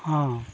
ᱦᱮᱸ